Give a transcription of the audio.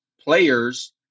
players